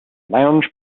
lounge